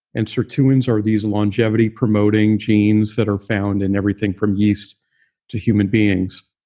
and sirtuins are these longevity-promoting genes that are found in everything from yeast to human beings.